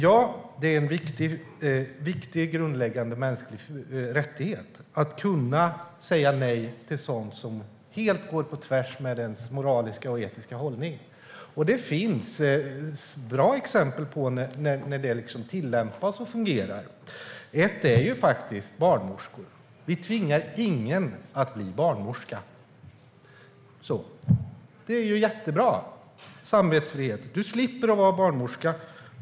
Ja, det är en viktig grundläggande mänsklig rättighet att man kan säga nej till sådant som går helt på tvärs med ens moraliska och etiska hållning. Det finns bra exempel på när det tillämpas och fungerar. Ett gäller faktiskt barnmorskor. Vi tvingar ingen att bli barnmorska. Det är jättebra - samvetsfrihet. Du slipper att vara barnmorska.